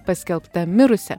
paskelbta mirusia